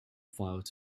filed